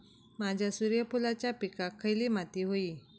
माझ्या सूर्यफुलाच्या पिकाक खयली माती व्हयी?